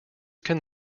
can